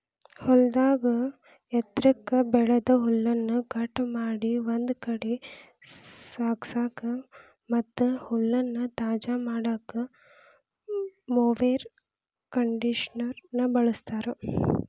ಹೊಲದಾಗ ಎತ್ರಕ್ಕ್ ಬೆಳದ ಹುಲ್ಲನ್ನ ಕಟ್ ಮಾಡಿ ಒಂದ್ ಕಡೆ ಸಾಗಸಾಕ ಮತ್ತ್ ಹುಲ್ಲನ್ನ ತಾಜಾ ಇಡಾಕ ಮೊವೆರ್ ಕಂಡೇಷನರ್ ನ ಬಳಸ್ತಾರ